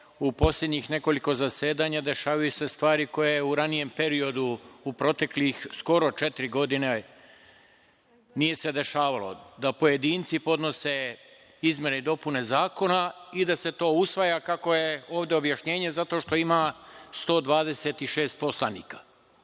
u poslednjih nekoliko zasedanja dešavaju se stvari koje u ranijem periodu, u proteklih skoro četiri godine, nije se dešavalo, da pojedinci podnose izmene i dopune zakona i da se to usvaja, kako je ovde objašnjenje, zato što ima 126 poslanika.S